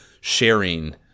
sharing